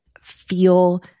feel